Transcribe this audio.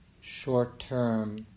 short-term